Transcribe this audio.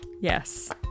Yes